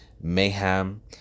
mayhem